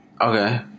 Okay